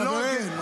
זה לא הוגן.